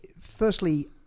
firstly